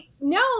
no